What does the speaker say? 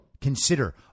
consider